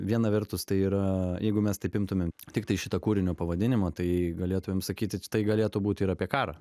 viena vertus tai yra jeigu mes taip imtumėm tiktai šitą kūrinio pavadinimą tai galėtumėm sakyti tai galėtų būti ir apie karą